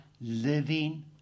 living